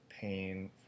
pain